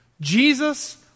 Jesus